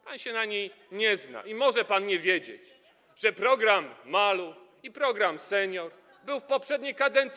Pan się na niej nie zna i może pan nie wiedzieć, że program „Maluch” i program „Senior” był w poprzedniej kadencji.